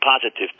positive